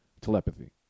Telepathy